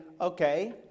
Okay